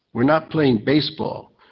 we're not playing baseball.